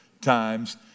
times